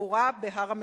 לקבורה בהר-המנוחות,